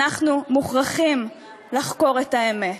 אנחנו מוכרחים לחקור את האמת.